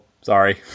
sorry